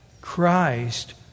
Christ